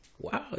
wow